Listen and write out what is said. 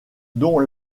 dont